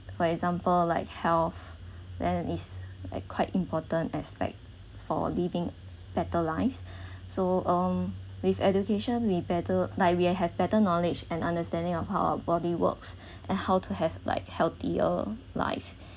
for example like health then it's like quite important aspect for living better lives so um with education we better like we'll have better knowledge and understanding of how a body works and how to have like healthier life